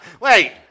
Wait